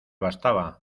bastaba